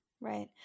Right